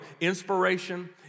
Inspiration